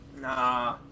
Nah